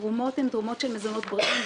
התרומות הן של מזונות בריאים,